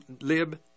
lib